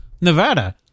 nevada